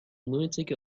lunatic